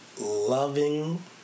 loving